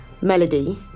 Melody